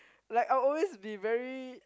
like I'll always be very